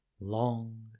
Long